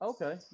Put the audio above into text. Okay